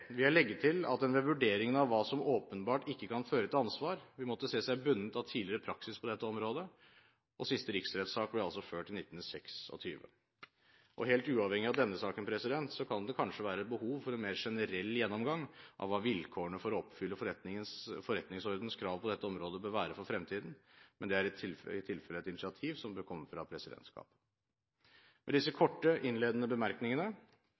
legge til at en ved vurderingen av hva som åpenbart ikke kan føre til ansvar, vil måtte se seg bundet av tidligere praksis på dette området – og siste riksrettssak ble ført i 1926. Helt uavhengig av denne saken kan det kanskje være behov for en mer generell gjennomgang av hva vilkårene for å oppfylle forretningsordenens krav på dette området bør være for fremtiden, men det er i tilfelle et initiativ som bør komme fra presidentskapet. Med disse korte, innledende bemerkningene